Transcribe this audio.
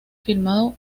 filmado